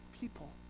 people